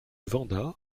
vendat